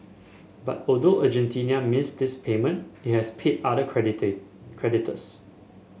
but although Argentina missed this payment it has paid other creditors